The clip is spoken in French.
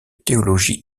théologie